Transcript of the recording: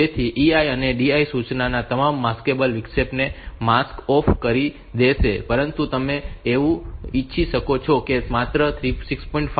તેથી EI અથવા DI સૂચના તમામ માસ્કેબલ વિક્ષેપને માસ્ક ઓફ કરી દેશે પરંતુ તમે એવું ઈચ્છી શકો છો કે ત્યાં માત્ર 6